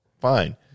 Fine